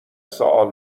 سوال